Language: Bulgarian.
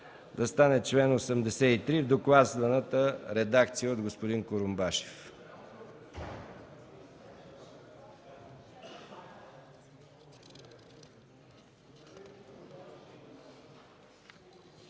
да стане чл. 83 в докладваната редакция от господин Курумбашев.